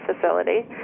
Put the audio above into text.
facility